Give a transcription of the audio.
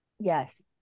Yes